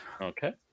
okay